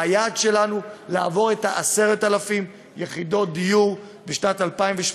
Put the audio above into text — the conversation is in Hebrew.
והיעד שלנו הוא לעבור את ה-10,000 יחידות דיור בשנת 2018,